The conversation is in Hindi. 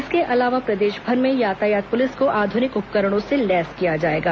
इसके अलावा प्रदेशभर में यातायात पुलिस को आध्निक उपकरणों से लैस किया जाएगा